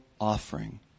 offering